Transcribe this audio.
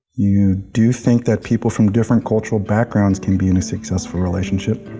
you do think that people from different cultural backgrounds can be in a successful relationship.